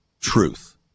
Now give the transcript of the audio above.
truth